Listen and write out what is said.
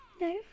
No